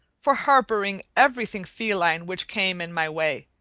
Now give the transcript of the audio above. for harboring everything feline which came in my way,